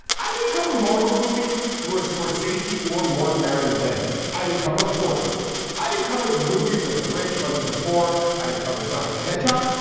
i didn't cover marvel movies through a scorsese or mark marin lens. i didn't cover for i didn't cover the movie where the rich hunted the poor. i didn't cover sonic the hedgehog.